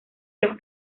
los